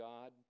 God